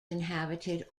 inhabited